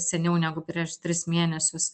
seniau negu prieš tris mėnesius